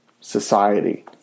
society